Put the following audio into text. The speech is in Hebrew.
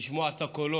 לשמוע את הקולות,